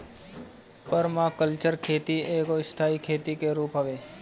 permaculture खेती एगो स्थाई खेती के रूप हवे